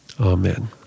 Amen